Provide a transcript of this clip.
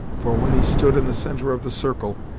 for when he stood in the centre of the circle,